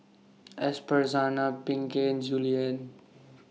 Esperanza Pinkey and Julien